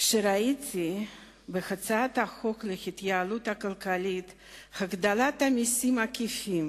כשראיתי בהצעת החוק להתייעלות כלכלית הגדלת מסים עקיפים,